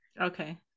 okay